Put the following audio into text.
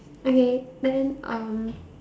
okay then um